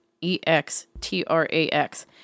E-X-T-R-A-X